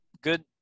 good